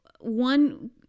One